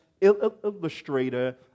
illustrator